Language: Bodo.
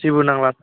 जेबो नांला